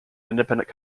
independent